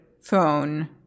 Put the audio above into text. phone